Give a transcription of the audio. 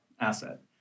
asset